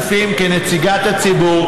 אנחנו כבר ניגשים להצבעה על הצעת חוק